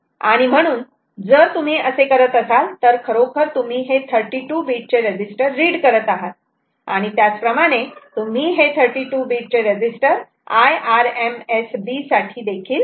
आणि म्हणुन जर तुम्ही असे करत असाल तर खरोखर तुम्ही हे 32 बीट चे रेजिस्टर रीड करत आहात आणि त्याचप्रमाणे तुम्ही हे 32 बीट चे रेजिस्टर IRMSB साठी देखील रीड करू शकतात